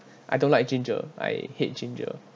I don't like ginger I hate ginger